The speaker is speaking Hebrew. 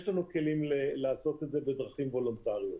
יש לנו כלים לעשות את זה בדרכים וולנטריות.